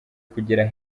kugera